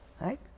Right